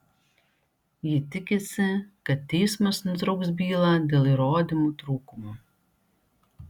ji tikisi kad teismas nutrauks bylą dėl įrodymų trūkumo